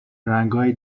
رنگای